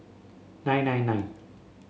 nine nine nine